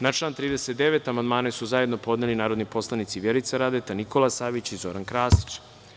Na član 39. amandman su zajedno podneli narodni poslanici Vjerica Radeta, Nikola Savić i Zoran Krasić.